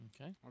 Okay